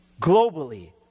globally